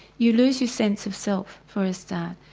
you lose your sense of self for a start,